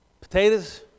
potatoes